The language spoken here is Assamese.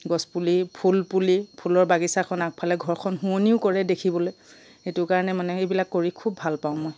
গছপুলি ফুলপুলি ফুলৰ বাগিচাখন আগফালে ঘৰখন শুৱনিও কৰে দেখিবলৈ সেইটো কাৰণে মানে সেইবিলাক কৰি খুব ভাল পাওঁ মই